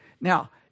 Now